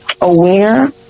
aware